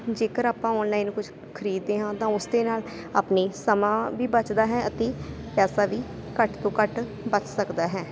ਜੇਕਰ ਆਪਾਂ ਆਨਲਾਈਨ ਕੁਛ ਵੀ ਖਰੀਦਦੇ ਹਾਂ ਤਾਂ ਉਸ ਦੇ ਨਾਲ ਆਪਣਾ ਸਮਾਂ ਵੀ ਬਚਦਾ ਹੈ ਅਤੇ ਪੈਸਾ ਵੀ ਘੱਟ ਤੋਂ ਘੱਟ ਬਚ ਸਕਦਾ ਹੈ